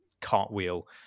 cartwheel